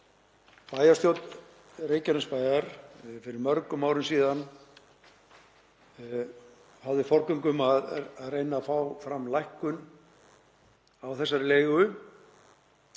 bæjarstjórn Reykjanesbæjar hafði fyrir mörgum árum síðan forgöngu um að reyna að fá fram lækkun á þessari leigu